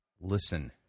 listen